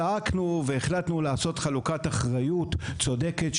צעקנו והחלטנו לעשות חלוקת אחריות צודקת,